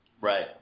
Right